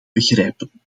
begrijpen